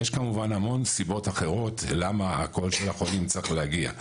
יש כמובן המון סיבות אחרות למה הקול של החולים צריך להגיע.